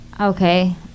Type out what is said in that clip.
Okay